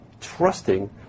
trusting